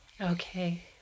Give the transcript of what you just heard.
Okay